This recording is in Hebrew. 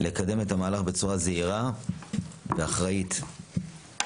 לקדם את המהלך בצורה זהירה ואחראית במספר